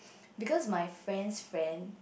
because my friend's friend